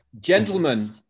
Gentlemen